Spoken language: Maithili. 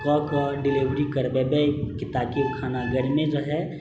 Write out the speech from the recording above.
कऽ के डिलीवरी करबेबै कि ताकि उ खाना गरमे रहै